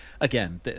Again